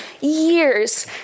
years